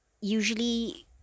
usually